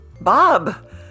Bob